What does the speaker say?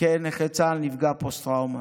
כנכה צה"ל, כנפגע פוסט-טראומה.